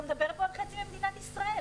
אתה מדבר על חצי מדינת ישראל.